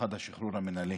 ובמיוחד השחרור המינהלי.